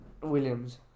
Williams